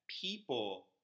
people